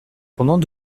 pendant